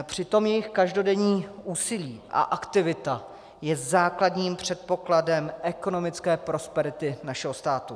Přitom jejich každodenní úsilí a aktivita je základním předpokladem ekonomické prosperity našeho státu.